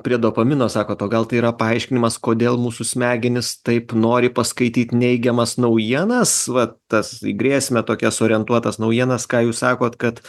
prie dopamino sakot o gal tai yra paaiškinimas kodėl mūsų smegenys taip nori paskaityt neigiamas naujienas va tas į grėsmę tokias orientuotas naujienas ką jūs sakot kad